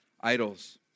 idols